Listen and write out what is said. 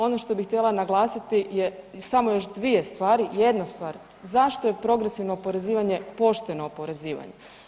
Ono što bi htjela naglasiti samo još dvije stvari, jedna stvar, zašto je progresivno oporezivanje pošteno oporezivanje?